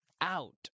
out